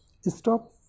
stop